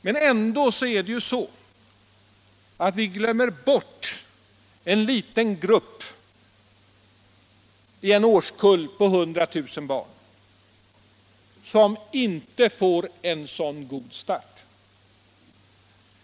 Men ändå är det ju så att vi glömmer bort en liten grupp som inte får en sådan god start.